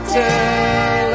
tell